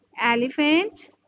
elephant